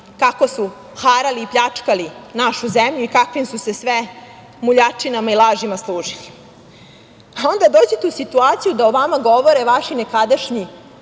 kako su harali i pljačkali našu zemlju i kakvim su se sve muljačinama i lažima služili. Onda dođete u situaciju da o vama govore vaši nekadašnji